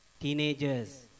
teenagers